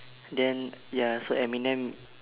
then ya so eminem